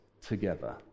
together